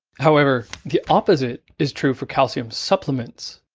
however, the opposite is true for calcium supplements.